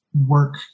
work